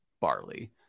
barley